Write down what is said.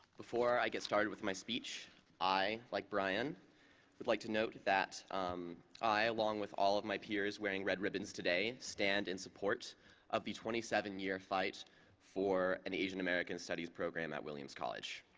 before i get started with my speech i like brian would like to note that um i along with all of my peers wearing red ribbons today stand in support of the twenty seven year fight for an asian american cities program at williams college.